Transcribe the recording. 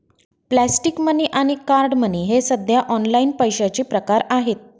plastic money आणि card money हे सध्या ऑनलाइन पैशाचे प्रकार आहेत